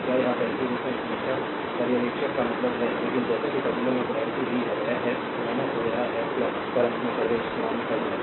क्या यह पैसिव रूप से हमेशा पर्यवेक्षक का मतलब है लेकिन जैसा कि टर्मिनल ने पोलेरिटी ली है वह है और यह है करंट में प्रवेश टर्मिनल